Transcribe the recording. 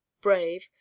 brave